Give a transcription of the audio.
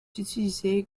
utilisé